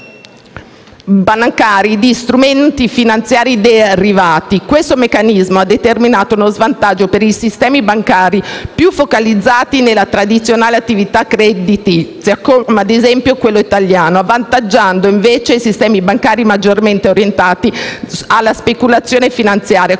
bancari di strumenti finanziari derivati. Questo meccanismo ha determinato uno svantaggio per i sistemi bancari più focalizzati nella tradizionale attività creditizia, come ad esempio quello italiano, avvantaggiando, invece, i sistemi bancari maggiormente orientati alla speculazione finanziaria,